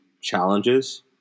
challenges